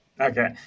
Okay